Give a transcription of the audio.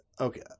okay